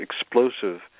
explosive